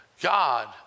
God